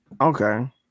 Okay